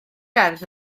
gerdd